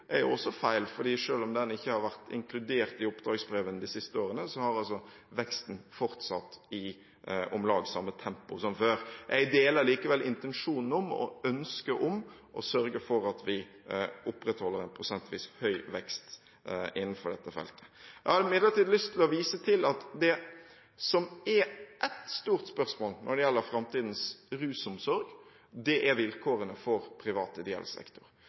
er også feil, for selv om den ikke har vært inkludert i oppdragsbrevene de siste årene, har altså veksten fortsatt i om lag samme tempo som før. Jeg deler likevel intensjonene og ønsket om å sørge for at vi opprettholder en prosentvis høy vekst innenfor dette feltet. Jeg har imidlertid lyst til å vise til et stort spørsmål når det gjelder framtidens rusomsorg, og det er vilkårene for privat ideell sektor.